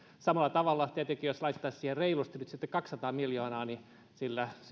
samalla tavalla tietenkin jos laittaisi siihen nyt sitten reilusti kaksisataa miljoonaa sillä